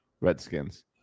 Redskins